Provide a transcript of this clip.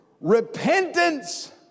Repentance